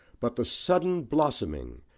but the sudden blossoming,